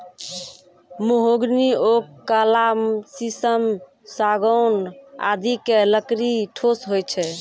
mahogany, oak, काला शीशम, सागौन आदि के लकड़ी ठोस होय छै